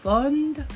Fund